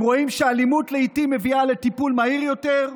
הם רואים לעיתים שאלימות מביאה לטיפול מהיר יותר,